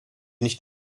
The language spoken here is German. nicht